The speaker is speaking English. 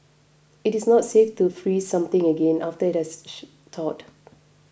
it is not safe to freeze something again after it has she thawed